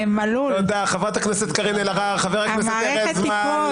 בוודאי ישמחו חברי הכנסת המציעים לדעת שבכוונתנו